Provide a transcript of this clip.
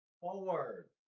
Forward